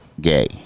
gay